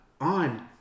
on